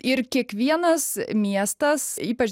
ir kiekvienas miestas ypač